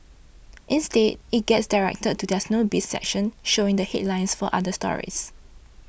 instead it gets directed to their Showbiz section showing the headlines for other stories